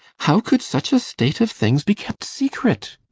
how could such a state of things be kept secret?